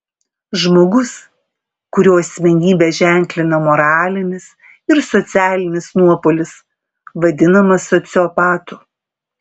žmogus kurio asmenybę ženklina moralinis ir socialinis nuopolis vadinamas sociopatu